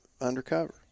undercover